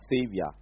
Savior